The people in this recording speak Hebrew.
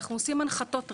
אנחנו עושים הנחתות רשת,